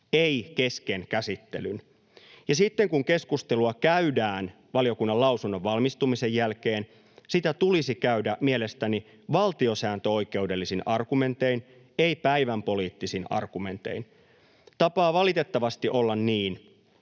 ei kesken käsittelyn. Sitten kun keskustelua käydään valiokunnan lausunnon valmistumisen jälkeen, sitä tulisi käydä mielestäni valtiosääntöoikeudellisin argumentein, ei päivänpoliittisin argumentein. Tapaa valitettavasti olla niin,